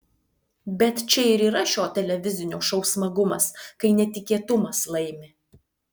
bet čia ir yra šio televizinio šou smagumas kai netikėtumas laimi